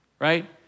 right